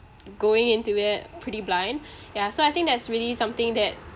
going into that pretty blind ya so I think that's really something that